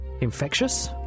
infectious